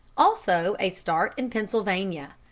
also a start in pennsylvania.